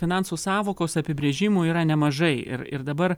finansų sąvokos apibrėžimų yra nemažai ir ir dabar